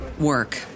work